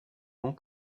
long